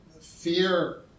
fear